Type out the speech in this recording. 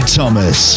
Thomas